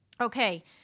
Okay